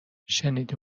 شنیدی